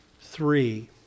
three